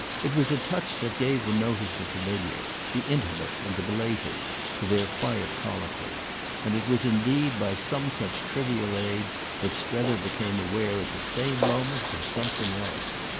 it was a touch that gave the note of the familiar the intimate and the belated to their quiet colloquy and it was indeed by some such trivial aid that strether became aware at the same moment of something else.